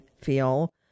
feel